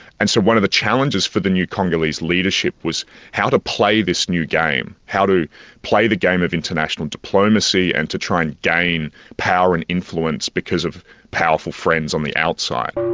and so one of the challenges for the new congolese leadership was how to play this new game, how to play the game of international diplomacy and to try and gain power and influence because of powerful friends on the outside.